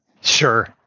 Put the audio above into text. Sure